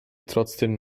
trotzdem